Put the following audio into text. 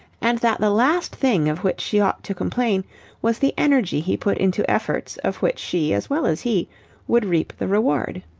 and that the last thing of which she ought to complain was the energy he put into efforts of which she as well as he would reap the reward.